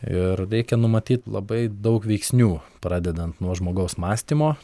ir reikia numatyt labai daug veiksnių pradedant nuo žmogaus mąstymo